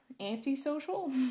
antisocial